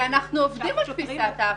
כי אנחנו עובדים על פי תפיסת ההפעלה,